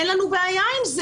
אין לנו בעיה עם זה.